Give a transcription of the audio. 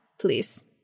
please